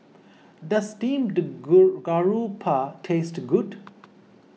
does Steamed Garoupa taste good